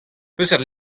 peseurt